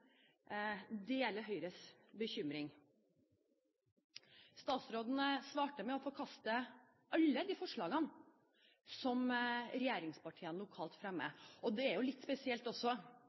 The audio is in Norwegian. deler Høyres bekymring. Statsråden svarte med å forkaste alle de forslagene som regjeringspartiene lokalt fremmet. Det er jo også litt spesielt